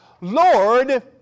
Lord